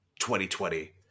2020